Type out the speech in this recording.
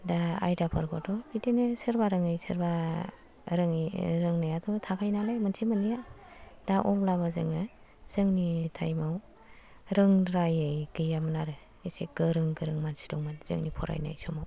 दा आयदाफोरखौथ' बिदिनो सोरबा रोङै सोरबा रोङै रोंनायाथ' थाखायो नालाय मोनसे मोननैया दा अब्लाबो जोङो जोंनि टाइमाव रोंद्रायै गैयामोन आरो एसे गोरों गोरों मानसि दंमोन जोंनि फरायनाय समाव